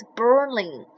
burning